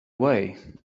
way